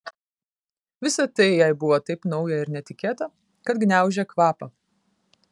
visa tai jai buvo taip nauja ir netikėta kad gniaužė kvapą